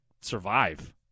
survive